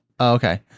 Okay